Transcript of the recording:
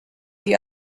the